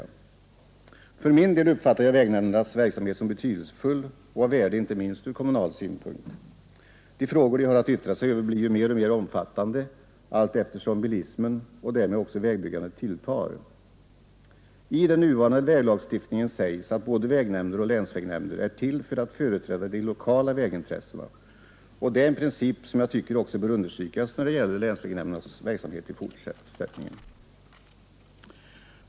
Jag för min del uppfattar vägnämndernas verksamhet som betydelsfull och av värde inte minst ur kommunal synpunkt. De frågor de har att yttra sig över blir ju mer och mer omfattande allteftersom bilismen och därmed också vägbyggandet tilltar. I den nuvarande väglagstiftningen sägs att både vägnämnder och länsvägnämnder är till för att företräda de lokala vägintressena, och det är en princip som bör understrykas också när det gäller länsvägsnämndernas verksamhet i fortsättningen.